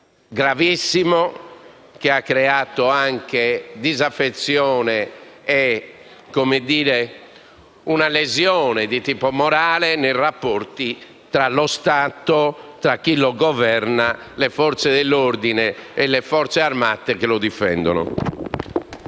gravissimo che ha anche generato disaffezione e una lesione di tipo morale nei rapporti tra lo Stato, chi lo governa, e le Forze dell'ordine e le Forze armate che lo difendono.